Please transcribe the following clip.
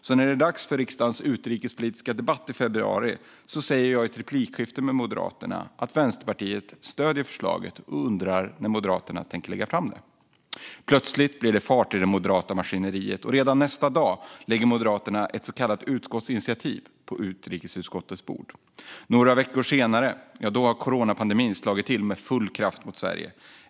Så när det var dags för riksdagens utrikespolitiska debatt i februari sa jag i ett replikskifte med Moderaterna att Vänsterpartiet stödde förslaget och undrade när Moderaterna tänkte lägga fram det. Plötsligt blev det fart i det moderata maskineriet, och redan nästa dag lade Moderaterna ett så kallat utskottsinitiativ på utrikesutskottets bord. Några veckor senare hade coronapandemin slagit till med full kraft mot Sverige.